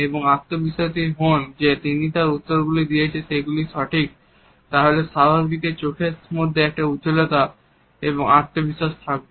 এবং আত্মবিশ্বাসী হোন যে তিনি যে উত্তর গুলি দিয়েছে সেগুলির সঠিক তাহলে স্বাভাবিকভাবে চোখের মধ্যে একটি উজ্জ্বলতা এবং আত্মবিশ্বাস থাকবে